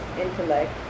intellect